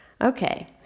Okay